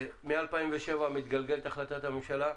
משנת 2007 מתגלגלת החלטת הממשלה,